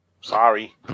Sorry